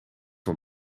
van